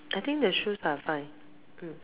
I think the shoes are fine mm